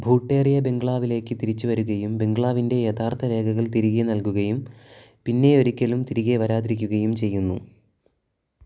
ഭൂട്ടേറിയ ബംഗ്ലാവിലേക്ക് തിരിച്ചുവരുകയും ബംഗ്ലാവിൻ്റെ യഥാർത്ഥ രേഖകൾ തിരികെ നൽകുകയും പിന്നെ ഒരിക്കലും തിരികെ വരാതിരിക്കുകയും ചെയ്യുന്നു